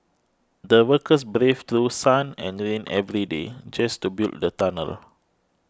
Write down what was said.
the workers braved through sun and rain every day just to build the tunnel